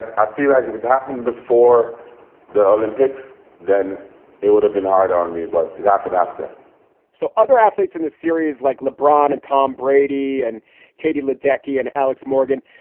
i feel like if it happened before the olympics, then it would have been hard on me, but it happened after so other athletes in the series like lebron and tom brady and katie ledecky and alex morgan,